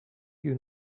you